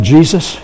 Jesus